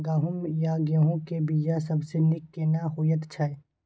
गहूम या गेहूं के बिया सबसे नीक केना होयत छै?